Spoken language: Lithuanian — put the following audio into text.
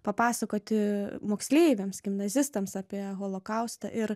papasakoti moksleiviams gimnazistams apie holokaustą ir